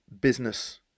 business